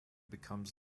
becomes